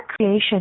creation